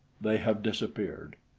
they have disappeared.